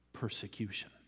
persecution